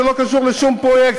זה לא קשור לשום פרויקט,